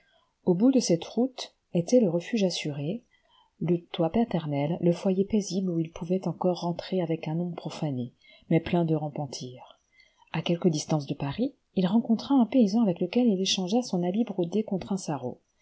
au bout de cette route était le refuge assuré le toit paternel le foyer paisible où il pouvait encore rentrer avec un nom profané mais plein de repentir a quelque distance de paris il rencontra un paysan avec lequel il écliangea son habit brodé contre un sarrau